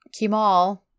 Kimal